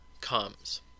comes